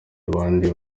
abandi